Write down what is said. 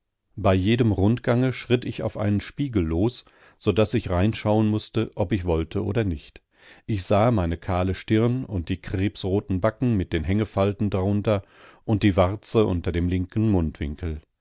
bei jedem rundgange schritt ich auf einen spiegel los so daß ich reinschauen mußte ob ich wollte oder nicht ich sah meine kahle stirn und die krebsroten backen mit den hängefalten darunter und die warze unter dem linken mundwinkel